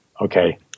okay